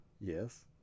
Yes